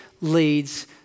leads